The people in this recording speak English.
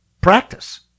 practice